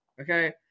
okay